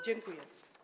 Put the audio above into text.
Dziękuję.